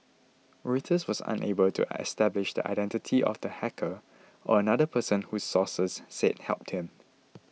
reuters was unable to establish the identity of the hacker or another person who sources said helped him